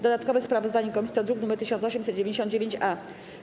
Dodatkowe sprawozdanie komisji to druk nr 1899-A.